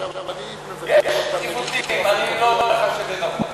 יש עיוותים, אני לא אומר לך שזה נכון.